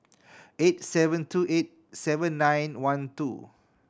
eight seven two eight seven nine one two